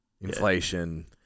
inflation